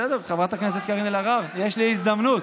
בסדר, חברת הכנסת קארין אלהרר, יש לי הזדמנות.